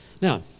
now